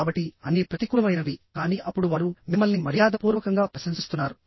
కాబట్టి అన్నీ ప్రతికూలమైనవికానీ అప్పుడు వారు మిమ్మల్ని మర్యాదపూర్వకంగా ప్రశంసిస్తున్నారు